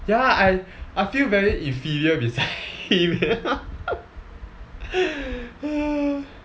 ya I I feel very inferior beside him eh